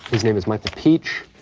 his name is michael pietsch